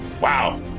Wow